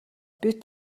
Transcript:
бид